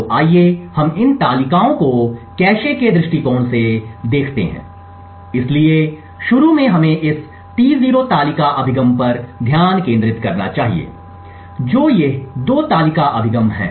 तो आइए हम इन तालिकाओं को कैश के दृष्टिकोण से देखते हैं इसलिए शुरू में हमें इस T0 तालिका अभिगम पर ध्यान केंद्रित करना चाहिए जो ये 2 तालिका अभिगम हैं